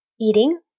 eating